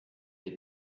des